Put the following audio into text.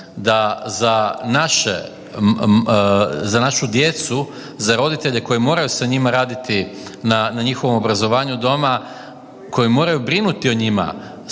za našu djecu, za roditelje koji moraju sa njima raditi na njihovom obrazovanju doma, koji moraju brinuti o njima,